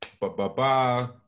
ba-ba-ba